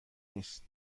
نیست